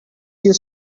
you